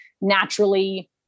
naturally